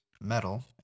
metal